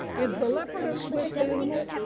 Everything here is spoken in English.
is the leopard a swift animal?